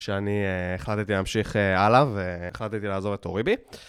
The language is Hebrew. כשאני החלטתי להמשיך הלאה והחלטתי לעזוב את אוריבי.